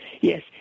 Yes